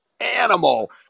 animal